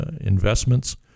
investments